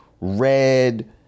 red